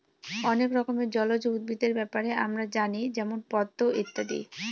অনেক রকমের জলজ উদ্ভিদের ব্যাপারে আমরা জানি যেমন পদ্ম ইত্যাদি